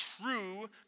true